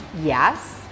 Yes